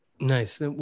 Nice